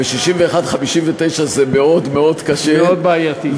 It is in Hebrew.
ב-59 61 זה מאוד מאוד קשה, מאוד בעייתי.